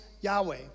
Yahweh